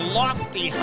lofty